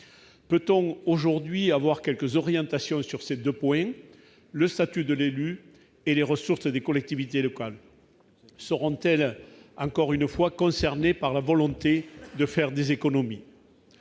peut-on aujourd'hui avoir quelques orientations sur ces 2 points, le statut de l'élu et les ressources des collectivités locales seront-elles encore une fois, par la volonté de faire des économies,